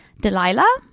Delilah